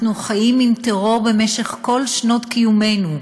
אנחנו חיים עם טרור במשך כל שנות קיומנו,